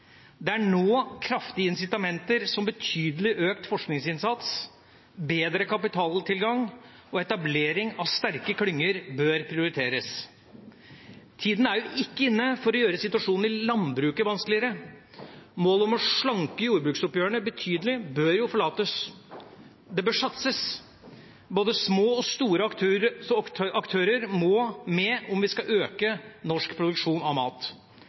Det er nå kraftige insitamenter som betydelig økt forskningsinnsats, bedre kapitaltilgang og etablering av sterke klynger bør prioriteres. Tiden er ikke inne for å gjøre situasjonen i landbruket vanskeligere. Målet om å slanke jordbruksoppgjørene betydelig bør forlates. Det bør satses, både små og store aktører må med om vi skal øke norsk produksjon av mat.